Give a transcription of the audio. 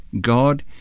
god